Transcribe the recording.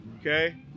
Okay